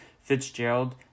Fitzgerald